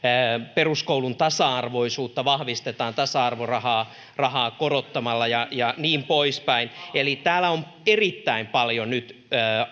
peruskoulun tasa arvoisuutta vahvistetaan tasa arvorahaa korottamalla ja ja niin pois päin eli täällä on erittäin paljon nyt